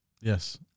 Yes